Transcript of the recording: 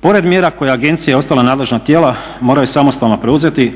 Pored mjera koje agencija i ostala nadležna tijela moraju samostalno preuzeti